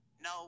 no